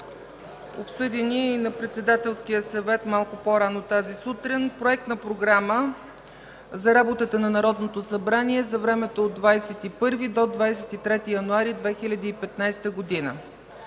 обсъдения на Председателския съвет малко по-рано тази сутрин Проект на програма за работата на Народното събрание за времето от 21 23 януари 2015 г.: 1.